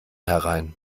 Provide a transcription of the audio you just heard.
herein